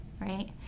right